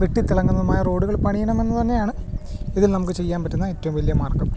വെട്ടിത്തിളങ്ങുന്നതുമായ റോഡുകൾ പണിയണമെന്ന് തന്നെയാണ് ഇതിൽ നമുക്ക് ചെയ്യാൻ പറ്റുന്ന ഏറ്റവും വലിയ മാർഗം